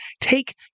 take